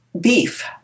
beef